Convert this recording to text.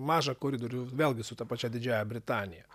mažą koridorių vėlgi su ta pačia didžiąja britanija